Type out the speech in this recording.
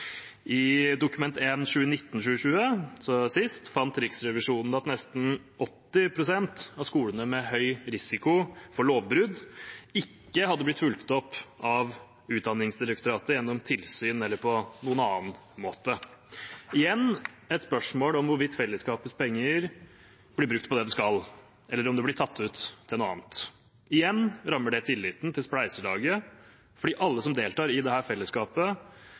I Dokument 1 for 2019–2020 fant Riksrevisjonen at nesten 80 pst. av skolene med høy risiko for lovbrudd ikke hadde blitt fulgt opp av Utdanningsdirektoratet gjennom tilsyn eller på en annen måte – igjen et spørsmål om hvorvidt fellesskapets penger blir brukt på det de skal, eller om de blir tatt ut til noe annet. Igjen rammer det tilliten til spleiselaget, for alle som deltar i dette fellesskapet,